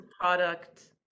product